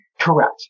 Correct